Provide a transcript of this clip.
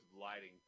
lighting